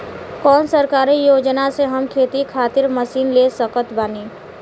कौन सरकारी योजना से हम खेती खातिर मशीन ले सकत बानी?